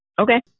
Okay